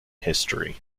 history